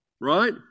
right